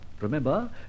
Remember